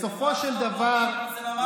בסופו של דבר, זה ממש לא